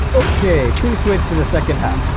okay please switch to the second half